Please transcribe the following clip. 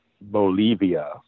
Bolivia